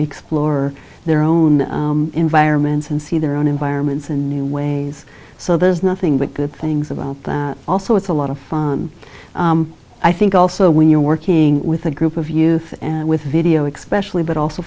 explore their own environments and see their own environments and new ways so there's nothing but good things about them also it's a lot of fun i think also when you're working with a group of youth and with video expression but also